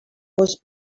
was